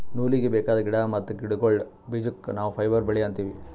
ನೂಲೀಗಿ ಬೇಕಾದ್ ಗಿಡಾ ಮತ್ತ್ ಗಿಡಗೋಳ್ದ ಬೀಜಕ್ಕ ನಾವ್ ಫೈಬರ್ ಬೆಳಿ ಅಂತೀವಿ